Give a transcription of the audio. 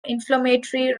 inflammatory